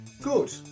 Good